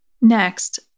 Next